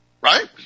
right